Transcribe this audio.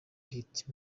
hit